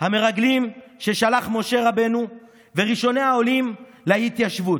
המרגלים ששלח משה רבנו וראשוני העולים להתיישבות.